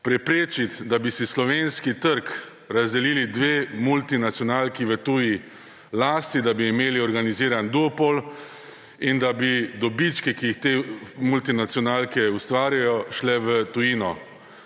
preprečiti, da bi si slovenski trg razdelili dve multinacionalki v tuji lasti, da bi imeli organiziran duopol in da bi dobički, ki jih te multinacionalke ustvarjajo, šle v tujino.